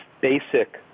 basic